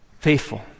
Faithful